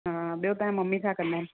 हा ॿियो तव्हां जी मम्मी छा कंदा आहिनि